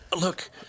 look